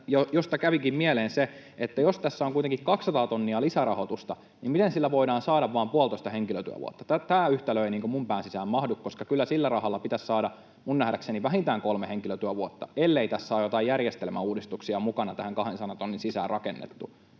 Josta kävikin mieleeni se, että jos tässä on kuitenkin kaksisataa tonnia lisärahoitusta, niin miten sillä voidaan saada vain puolitoista henkilötyövuotta? Tämä yhtälö ei minun pääni sisään mahdu, koska kyllä sillä rahalla pitäisi saada minun nähdäkseni vähintään kolme henkilötyövuotta, ellei tähän kahdensadan tonnin sisään ole